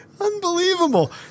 Unbelievable